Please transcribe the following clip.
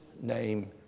name